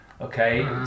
okay